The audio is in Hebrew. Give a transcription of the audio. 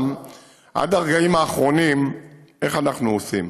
עד הרגעים האחרונים איך אנחנו עושים.